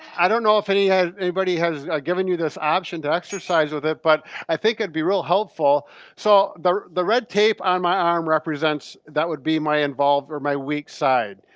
i don't know if he has, anybody has given you this option to exercise with it, but i think it'd be real helpful so the the red tape on my arm represents that would be my involved or my weak side.